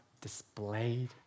displayed